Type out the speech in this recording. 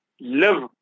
live